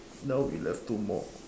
now we left two more